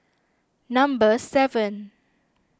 number seven